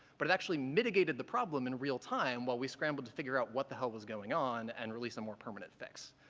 but it actually mitigated the problem in real time while we scrambled to figure out what the hell was going on and release a more permanent fix.